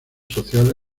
social